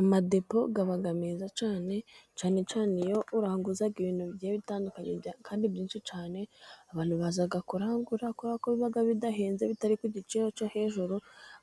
Amadepo aba meza cyane, cyane cyane iyo uranguza ibintu bigiye bitandukanye kandi byinshi cyane, abantu baza kurangura kuko biba bidahenze bitari ku giciro cyo hejuru